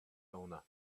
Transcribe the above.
owner